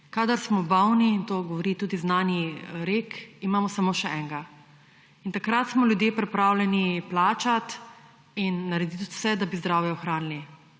Kadar smo bolni, in to govori tudi znani rek, imamo samo še enega. Takrat smo ljudje pripravljeni plačati in narediti vse, da bi zdravje ohranili.